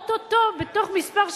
או-טו-טו, בתוך כמה שבועות,